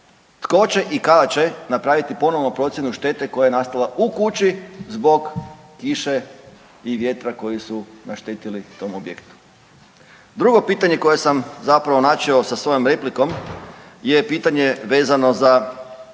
tko će i kada će napraviti ponovno procjenu štete koja je nastala u kući zbog kiše i vjetra koji su naštetili tom objektu. Drugo pitanje koje sam zapravo načeo sa svojom replikom je pitanje vezano za